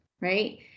right